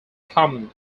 common